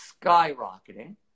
skyrocketing